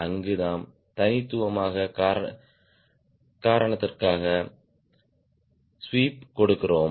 அங்கு நாம் தனித்துவமான காரணத்திற்காக ஸ்வீப் கொடுக்கிறோம்